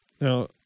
Now